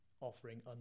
offering